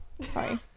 Sorry